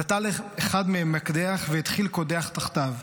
נטל אחד מהן מקדח והתחיל קודח תחתיו.